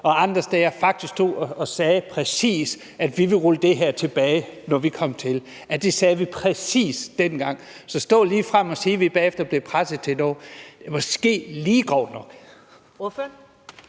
steder, faktisk præcis stod og sagde, at vi ville rulle det her tilbage, når vi kom til magten? Det sagde vi præcis dengang. Så ligefrem at stå og sige, at vi bagefter blev presset til noget, er måske lige groft nok.